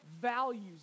values